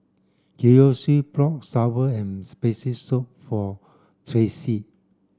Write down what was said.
Kiyoshi bought sour and spicy soup for Tracee